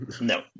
No